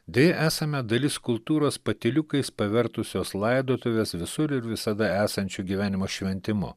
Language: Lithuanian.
deja esame dalis kultūros patyliukais pavertusios laidotuvės visur ir visada esančiu gyvenimo šventimu